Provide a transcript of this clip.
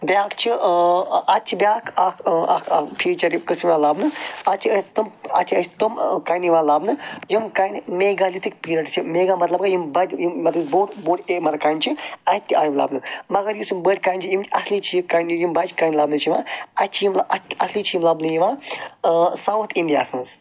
بیٛاکھ چھِ اَتہِ چھِ بیٛاکھ اَکھ اَکھ فیٖچَر یہِ قٔصہٕ یِوان لَبنہٕ اَتہِ چھِ أسۍ تِم اَتہِ چھِ أسۍ تِم کَنہِ یِوان لَبنہٕ یِم کَنہِ میگالِتِکھ پیٖرَڈٕس چھِ میگا مطلب گٔے یِم بَڑِ یِم مطلب بوٚڈ بوٚڈ اے مَرِ کَنہِ چھِ اَتہِ تہِ آیہِ یِم لَبنہٕ مگر یُس یِم بٔڑۍ کَنہِ چھِ یِم اَصلی چھِ یہِ کَنہِ یِم بَجہٕ کَنہِ لَبنہٕ چھِ یِوان اَتہِ چھِ یِم اصلی چھِ یِم لَبنہٕ یِوان ساوُتھ اِنٛڈِیاہَس منٛز